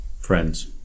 friends